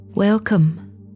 Welcome